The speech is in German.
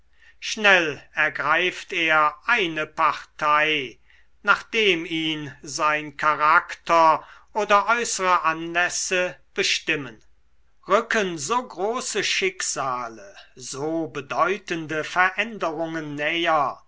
schnell ergreift er eine partei nachdem ihn sein charakter oder äußere anlässe bestimmen rücken so große schicksale so bedeutende veränderungen näher